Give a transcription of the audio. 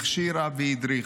הכשירה והדריכה.